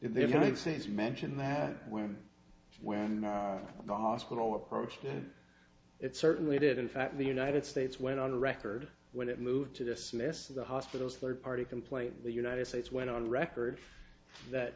places mentioned that when when the hospital approached it certainly did in fact the united states went on record when it moved to dismiss the hospital's third party complaint the united states went on record that